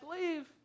leave